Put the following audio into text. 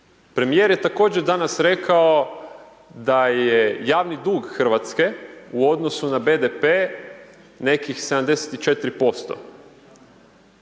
Premijer je također danas rekao da je javni dug Hrvatske u odnosu na BDP, nekih 74%,